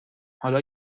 حالا